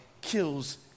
kills